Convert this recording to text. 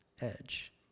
edge